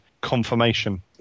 confirmation